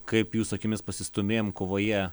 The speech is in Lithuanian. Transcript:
kaip jūsų akimis pasistūmėjom kovoje